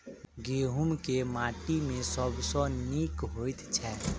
गहूम केँ माटि मे सबसँ नीक होइत छै?